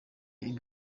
ibyo